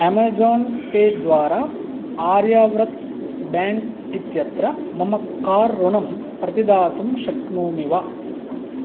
Amazon Pay द्वारा Aryavrat bank इत्यत्र मम कार् ऋणं प्रतिदातुं शक्नोमि वा